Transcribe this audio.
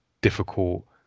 difficult